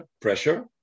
pressure